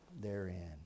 therein